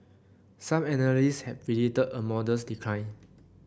some analysts had predicted a modest decline